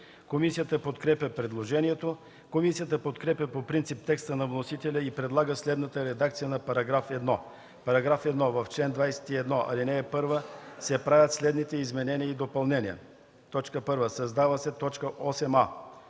Комисията подкрепя предложението. Комисията подкрепя по принцип текста на вносителя и предлага следната редакция на § 1: „§ 1. В чл. 21, ал. 1 се правят следните изменения и допълнения: 1. Създава се т. 8а: